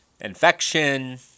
infection